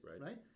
right